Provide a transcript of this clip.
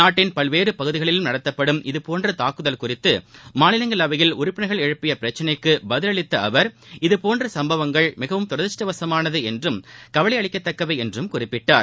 நாட்டின் பல்வேறு பகுதிகளிலும் நடத்தப்படும் இதபோன்ற தாக்குதல் குறித்து மாநிலங்களவையில் உறுப்பினர்கள் எழுப்பிய பிரச்சினைக்கு பதிலளித்த அவர் இதபோன்ற சம்பவங்கள் மிகவும் தரதிருஷ்டவசமானது என்றும் கவலை அளிக்கத்தக்கவை என்றும் குறிப்பிட்டார்